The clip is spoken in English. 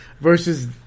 Versus